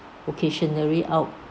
occasionally out